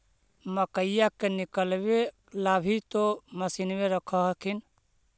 मकईया के निकलबे ला भी तो मसिनबे रख हखिन?